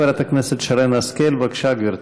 חברת הכנסת שרן השכל, בבקשה, גברתי,